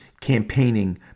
campaigning